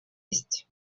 есть